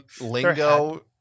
lingo